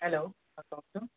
hello হয় কওকচোন